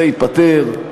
זה ייפתר,